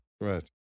Right